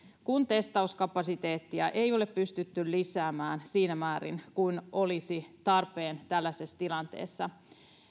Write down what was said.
kun testauskapasiteettia ei ole pystytty lisäämään siinä määrin kuin olisi tarpeen tällaisessa tilanteessa